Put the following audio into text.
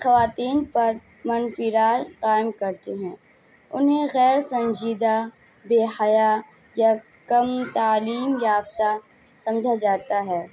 خواتین پر منفی رائے قائم کرتے ہیں انہیں غیر سنجیدہ بے حیا یا کم تعلیم یافتہ سمجھا جاتا ہے